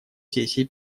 сессии